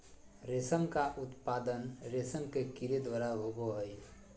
रेशम का उत्पादन रेशम के कीड़े द्वारा होबो हइ